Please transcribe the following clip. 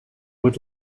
would